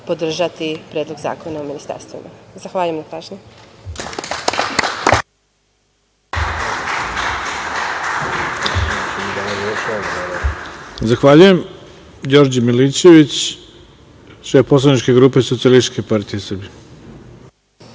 podržati Predlog zakona o ministarstvima. Zahvaljujem na pažnji.